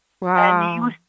Wow